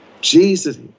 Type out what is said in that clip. Jesus